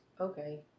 Okay